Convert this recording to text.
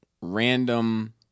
random